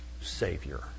Savior